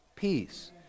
Peace